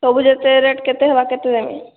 ସବୁ ଯେତେ ରେଟ୍ କେତେ ହେବା କେତେ ଯାକ